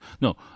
No